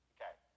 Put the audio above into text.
Okay